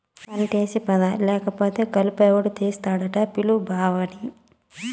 పంటేసి పత్తా లేకపోతే కలుపెవడు తీస్తాడట పిలు బావని